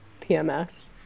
PMS